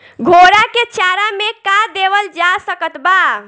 घोड़ा के चारा मे का देवल जा सकत बा?